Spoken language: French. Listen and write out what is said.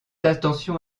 attention